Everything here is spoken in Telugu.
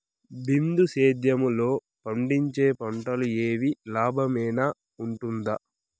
బిందు సేద్యము లో పండించే పంటలు ఏవి లాభమేనా వుంటుంది?